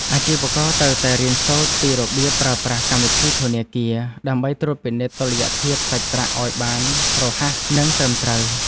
អាជីវករត្រូវតែរៀនសូត្រពីរបៀបប្រើប្រាស់កម្មវិធីធនាគារ ដើម្បីត្រួតពិនិត្យតុល្យភាពសាច់ប្រាក់ឱ្យបានរហ័សនិងត្រឹមត្រូវ។